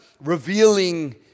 revealing